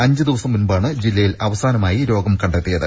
അഞ്ചു ദിവസം മുമ്പാണ് ജില്ലയിൽ അവസാനം രോഗം കണ്ടെത്തിയത്